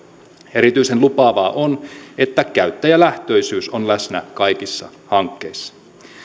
erityisen lupaavaa on että käyttäjälähtöisyys on läsnä kaikissa hankkeissa